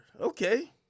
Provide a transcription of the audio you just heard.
Okay